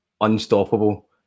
unstoppable